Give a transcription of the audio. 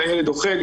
הילד אוכל,